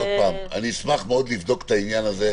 אני אשמח מאוד לבדוק את העניין הזה.